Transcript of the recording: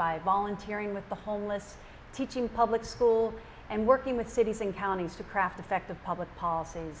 by volunteering with the homeless teaching public schools and working with cities and counties to craft effective public policy and